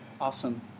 awesome